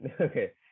Okay